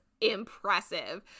impressive